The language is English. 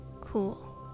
cool